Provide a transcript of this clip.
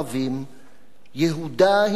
יהודה היא מולדת היהודים.